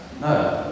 No